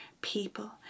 people